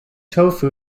tofu